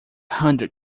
hundred